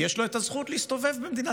ולא רק שהוא מסית כנגד מדינת